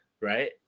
right